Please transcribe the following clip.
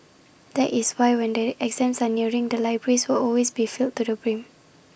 that is why when the exams are nearing the libraries will always be filled to the brim